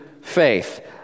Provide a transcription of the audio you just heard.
faith